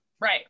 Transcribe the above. right